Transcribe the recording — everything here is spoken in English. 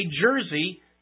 jersey